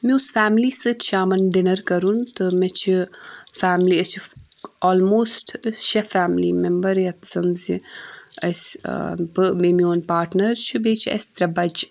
مےٚ اوس فیملی سۭتۍ شامَن ڈِنَر کَرُن تہٕ مےٚ چھِ فیملی أسۍ چھِ آلموسٹہٕ أسۍ شےٚ فیملی میٚمبَر یَتھ زَن زِ اسہِ ٲں بہٕ بیٚیہِ میٛون پارٹنَر چھُ بیٚیہِ چھِ اسہِ ترٛےٚ بَچہِ